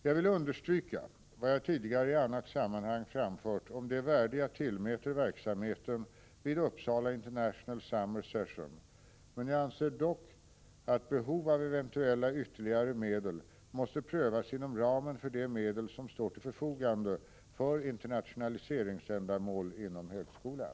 Jag vill understryka vad jag tidigare i annat sammanhang framfört om det värde jag tillmäter verksamheten vid Uppsala International Summer Session, men jag anser att behov av eventuella ytterligare medel måste prövas inom ramen för de medel som står till förfogande för internationaliseringsändamål inom högskolan.